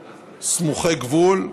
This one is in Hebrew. סמוכי גבול).